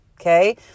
Okay